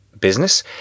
business